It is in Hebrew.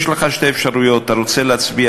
יש לך שתי אפשרויות: אם אתה רוצה להצביע,